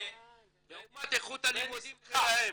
לעומת איכות הלימודים שלהם.